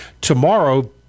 tomorrow